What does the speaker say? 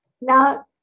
Now